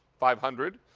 five hundred.